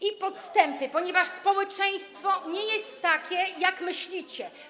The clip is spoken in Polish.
i podstępy, ponieważ społeczeństwo nie jest takie, jak myślicie.